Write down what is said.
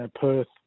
Perth